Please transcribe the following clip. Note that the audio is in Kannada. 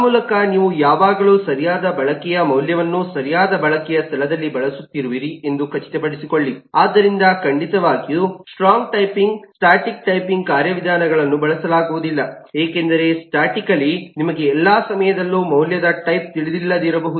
ಆ ಮೂಲಕ ನೀವು ಯಾವಾಗಲೂ ಸರಿಯಾದ ಬಳಕೆಯ ಮೌಲ್ಯವನ್ನು ಸರಿಯಾದ ಬಳಕೆಯ ಸ್ಥಳದಲ್ಲಿ ಬಳಸುತ್ತಿರುವಿರಿ ಎಂದು ಖಚಿತಪಡಿಸಿಕೊಳ್ಳಿ ಆದ್ದರಿಂದ ಖಂಡಿತವಾಗಿಯೂ ಸ್ಟ್ರಾಂಗ್ ಟೈಪಿಂಗ್ ಸ್ಟಾಟಿಕ್ ಟೈಪಿಂಗ್ ಕಾರ್ಯವಿಧಾನಗಳನ್ನು ಬಳಸಲಾಗುವುದಿಲ್ಲ ಏಕೆಂದರೆ ಸ್ಟಾಟಿಕಲಿ ನಿಮಗೆ ಎಲ್ಲಾ ಸಮಯದಲ್ಲೂ ಮೌಲ್ಯದ ಟೈಪ್ ತಿಳಿದಿಲ್ಲದಿರಬಹುದು